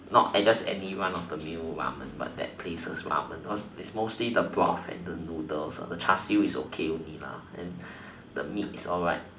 not at just any one of the new ramen but that place's ramen because it's mostly the broth and the noodles the char-siew is okay only and the meat is all right